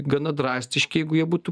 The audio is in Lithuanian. gana drastiški jeigu jie būtų